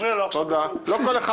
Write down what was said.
לא כל אחד